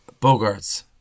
Bogarts